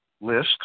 list